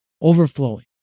overflowing